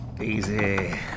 Easy